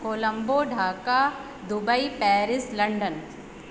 Colombo Dhaka Dubai Paris London